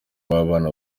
w’abana